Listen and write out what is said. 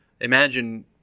imagine